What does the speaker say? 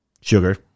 sugar